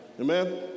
Amen